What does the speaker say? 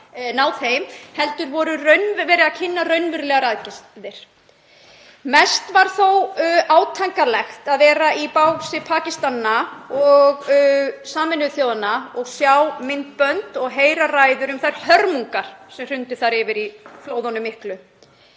ná þeim heldur var verið að kynna raunverulegar aðgerðir. Mest var þó átakanlegt að vera í bási Pakistanana og Sameinuðu þjóðanna og sjá myndbönd og heyra ræður um þær hörmungar sem dundu þar yfir í flóðunum miklu.